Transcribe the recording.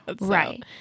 right